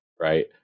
right